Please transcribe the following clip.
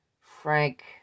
Frank